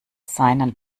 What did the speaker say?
seinen